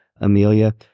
Amelia